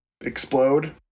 explode